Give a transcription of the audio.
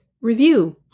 review